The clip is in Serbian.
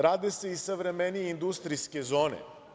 Rade se i savremenije industrijske zone.